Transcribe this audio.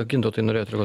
gintautai norėjot reaguot